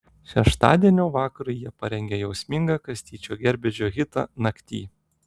šeštadienio vakarui jie parengė jausmingą kastyčio kerbedžio hitą nakty